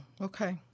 Okay